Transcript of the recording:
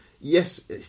yes